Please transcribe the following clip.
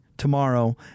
tomorrow